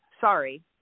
Sorry